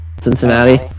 Cincinnati